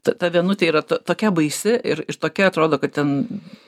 ta vienutė yra ta tokia baisi ir ir tokia atrodo kad ten